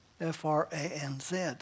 F-R-A-N-Z